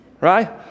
Right